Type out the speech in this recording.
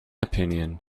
opinion